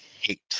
hate